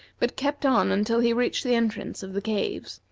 but kept on until he reached the entrance of the caves.